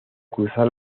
cruzar